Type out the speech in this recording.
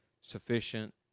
sufficient